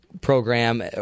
program